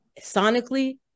sonically